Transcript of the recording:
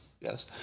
Yes